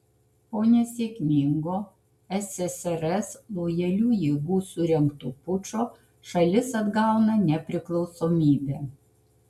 po nesėkmingo ssrs lojalių jėgų surengto pučo šalis atgauna nepriklausomybę